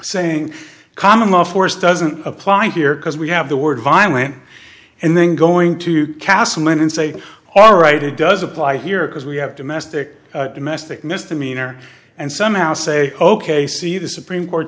saying common law force doesn't apply here because we have the word violent and then going to castleman and say all right it does apply here because we have domestic domestic misdemeanor and somehow say ok see the supreme court